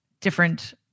different